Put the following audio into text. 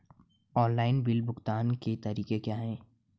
Online bill भुगतान के तरीके क्या हैं?